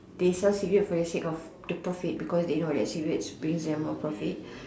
they sell cigarettes for the sake of the profit because they know that cigarette brings them more profit